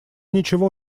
ничего